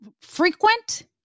frequent